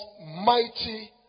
mighty